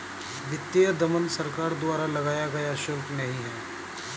वित्तीय दमन सरकार द्वारा लगाया गया शुल्क नहीं है